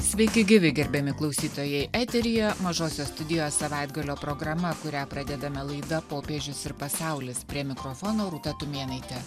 sveiki gyvi gerbiami klausytojai eteryje mažosios studijos savaitgalio programa kurią pradedame laida popiežius ir pasaulis prie mikrofono rūta tumėnaitė